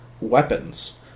weapons